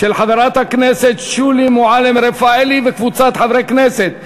של חברת הכנסת שולי מועלם-רפאלי וקבוצת חברי הכנסת,